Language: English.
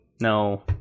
no